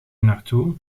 naartoe